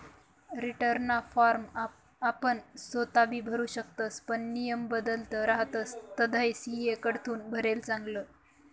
रीटर्नना फॉर्म आपण सोताबी भरु शकतस पण नियम बदलत रहातस तधय सी.ए कडथून भरेल चांगलं